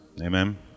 Amen